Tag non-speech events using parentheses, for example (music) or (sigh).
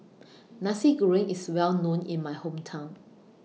(noise) Nasi Goreng IS Well known in My Hometown